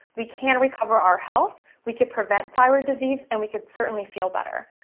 we can recover our health, we can prevent thyroid disease, and we can certainly feel better.